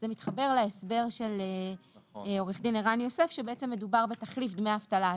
זה מתחבר להסדר של עורך דין ערן יוסף שבעצם מדובר בתחליף דמי אבטלה.